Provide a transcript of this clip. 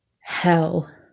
hell